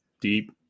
deep